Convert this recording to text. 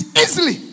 easily